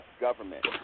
government